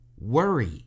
worry